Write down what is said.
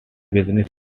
business